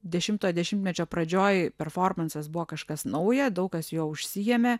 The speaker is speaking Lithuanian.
dešimtojo dešimtmečio pradžioje performansas buvo kažkas nauja daug kas juo užsiėmė